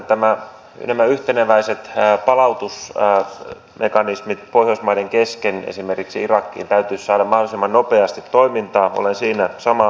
ensinnäkin nämä yhteneväiset palautusmekanismit pohjoismaiden kesken esimerkiksi irakiin palauttamisessa täytyisi saada mahdollisimman nopeasti toimintaan olen siinä samaa mieltä